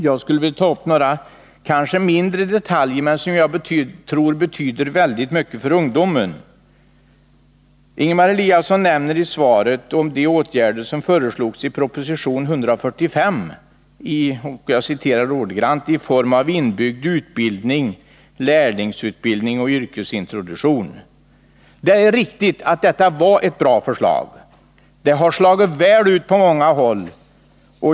Jag vill i stället ta upp några mindre detaljer, som jag dock tror betyder mycket för ungdomen. Ingemar Eliasson nämner i svaret den åtgärd för att främja ungdomars utbildning i gymnasieskolan ”i form av inbyggd utbildning, lärlingsutbildning och yrkesintroduktion” som föreslogs i proposition 1979/80:145. Det är riktigt att detta var ett bra förslag. Det har slagit väl ut på många håll.